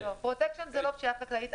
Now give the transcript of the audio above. פרוטקשן זו לא פשיעה חקלאית,